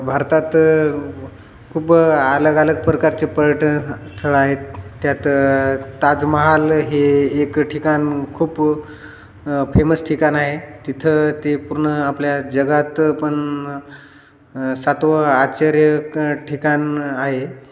ब भारतात खूपब अलग अलग प्रकारचे पर्यटन स्थळं आहेत त्यात ताजमहल हे एक ठिकाण खूप फेमस ठिकाण आहे तिथं ते पूर्ण आपल्या जगात पण सातवे आश्चर्य ठिकाण आहे